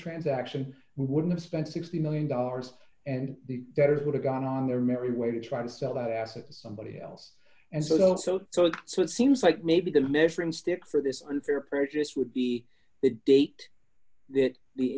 transaction we would have spent sixty million dollars and the debtor could have gone on their merry way to try to sell that asset somebody else and said also so so it seems like maybe the measuring stick for this unfair practice would be the date that the